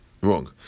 Wrong